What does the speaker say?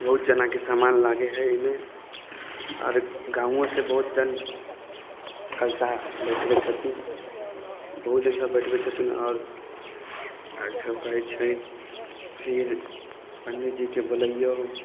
बहुत जनाके समान लागै एहिमे आओर गाँवोसे बहुत जन कलशा बैठबै छथिन बहुत दिनसे बैठबै छथिन आओर सभ कहै छै फिर पण्डीजीके बोलैऔ